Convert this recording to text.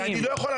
אני לא יכול,